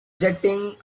jetting